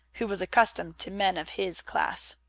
who was accustomed to men of his class.